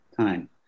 time